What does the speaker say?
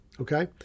Okay